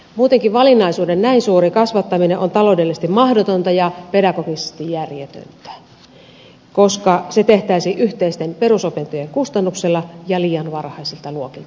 muutenkin valinnaisuuden näin suuri kasvattaminen on taloudellisesti mahdotonta ja pedagogisesti järjetöntä koska se tehtäisiin yhteisten perusopintojen kustannuksella ja liian varhaisilta luokilta alkaen